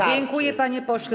Dziękuję, panie pośle.